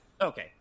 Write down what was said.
Okay